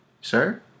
sir